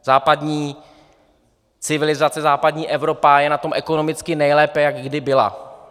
Západní civilizace, západní Evropa je na tom ekonomicky nejlépe, jak kdy byla.